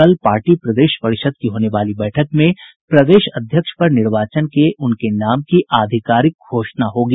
कल पार्टी प्रदेश परिषद की होने वाली बैठक में प्रदेश अध्यक्ष पर निर्वाचन के लिये उनके नाम की आधिकारिक घोषणा होगी